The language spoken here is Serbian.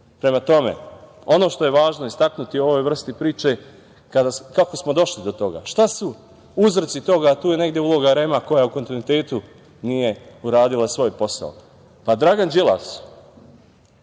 tome, ono što je važno istaknuti u ovoj vrsti priče, kako smo došli do toga? Šta su uzroci toga, a tu je negde uloga REM, koja u kontinuitetu nije uradila svoj posao? Dragan Đilas